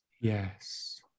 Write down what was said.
Yes